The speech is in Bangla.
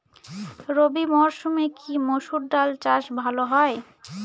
রবি মরসুমে কি মসুর ডাল চাষ ভালো হয়?